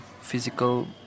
physical